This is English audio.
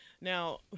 Now